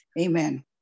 amen